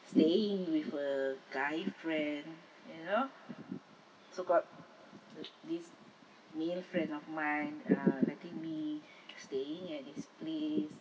staying with a guy friend you know so called this uh male friend of mine uh letting me staying at his place